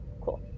cool